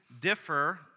differ